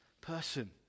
person